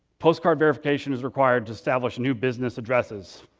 postcard verification is required to establish new business addresses.